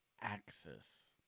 axis